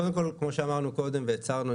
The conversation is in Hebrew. קודם כל כמו שאמרנו קודם והצהרנו,